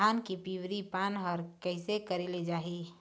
धान के पिवरी पान हर कइसे करेले जाही?